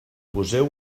poseu